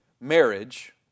marriage